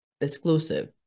exclusive